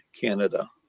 Canada